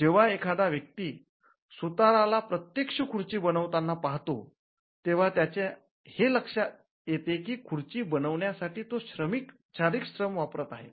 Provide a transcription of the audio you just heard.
जेव्हा एखादा व्यक्ती सुताराला प्रत्यक्ष खुर्ची बनवतांना पाहतो तेव्हा त्याच्या हे लक्षात येते की खुर्ची बनवण्यासाठी तो शाररिक श्रम वापरत आहे